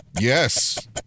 Yes